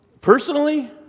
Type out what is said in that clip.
personally